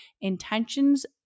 intentions